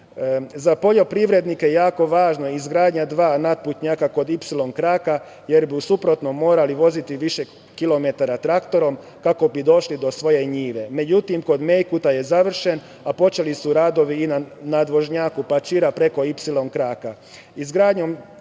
poljoprivrednike je jako važno i izgradnja dva natputnjaka kod Ipsilon kraka, jer bi u suprotnom morali voziti više kilometara traktorom kako bi došli do svoje njive. Međutim, kod Mejkuta je završen, a počeli su radovi i na nadvožnjaku Pačira preko Ipsilon kraka.